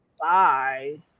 Bye